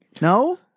No